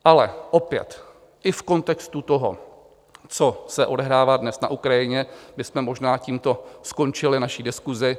Ale opět i v kontextu toho, co se odehrává dnes na Ukrajině, bychom možná tímto skončili naší diskusi.